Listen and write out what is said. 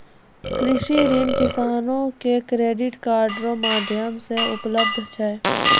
कृषि ऋण किसानो के क्रेडिट कार्ड रो माध्यम से उपलब्ध छै